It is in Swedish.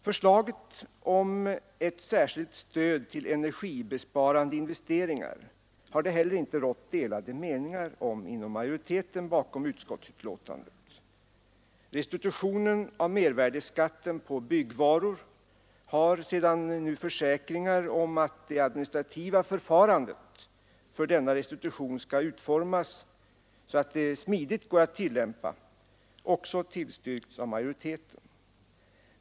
Förslaget om ett särskilt stöd till energibesparande investeringar har det heller inte rått delade meningar om inom majoriteten bakom utskottsbetänkandet. Restitutionen av mervärdeskatten på byggvaror har — sedan nu försäkringar givits om att det administrativa förfarandet för denna restitution skall utformas så att det smidigt går att tillämpa — också tillstyrkts av majoriteten.